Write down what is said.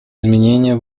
изменения